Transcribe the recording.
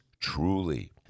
Truly